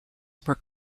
were